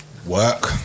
work